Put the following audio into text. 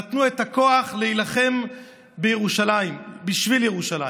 הם נתנו את הכוח להילחם בירושלים בשביל ירושלים.